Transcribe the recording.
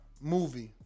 movie